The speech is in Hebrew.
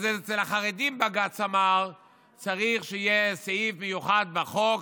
אצל החרדים בג"ץ אמר שצריך שיהיה סעיף מיוחד בחוק